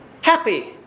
happy